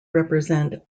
represent